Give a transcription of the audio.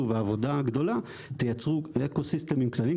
והעבודה הגדולה תייצרו אקוסיסטם עם כללים,